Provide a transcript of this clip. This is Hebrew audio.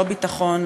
לא ביטחון,